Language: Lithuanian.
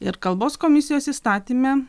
ir kalbos komisijos įstatyme